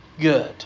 good